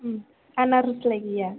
उम आनारसलाय गैया